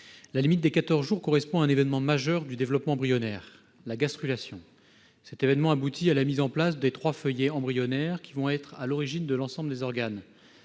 La limite de quatorze jours correspond à un événement majeur du développement embryonnaire : la gastrulation. Cet événement aboutit à la mise en place des trois feuillets embryonnaires qui seront à l'origine de l'ensemble des organes